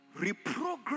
reprogram